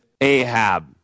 Ahab